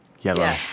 yellow